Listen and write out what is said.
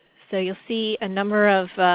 so you'll see a number of